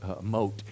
moat